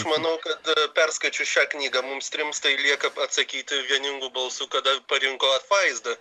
manau kad perskaičius šią knygą mums trims tai lieka atsakyti vieningu balsu kad parinko apvaizda